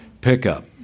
pickup